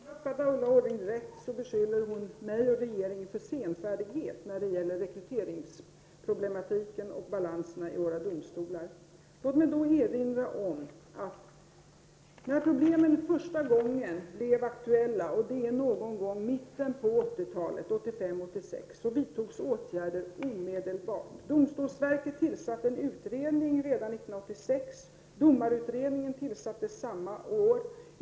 Fru talman! Om jag har uppfattat Ulla Orring rätt beskyller hon mig och regeringen för senfärdighet när det gäller problemen med rekrytering och ärendebalanser vid våra domstolar. Låt mig erinra om att när problemen blev aktuella någon gång i mitten av 80-talet, 1985-1986, vidtogs åtgärder omedelbart. Domstolsverket tillsatte en utredning redan år 1986, och domarutredningen tillsattes år 1987.